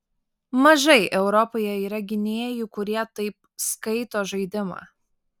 mažai europoje yra gynėjų kurie taip skaito žaidimą